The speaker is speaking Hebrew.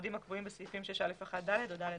במועדים הקבועים בסעיפים 6א1(ד) או (ד1)